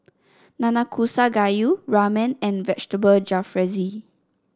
Nanakusa Gayu Ramen and Vegetable Jalfrezi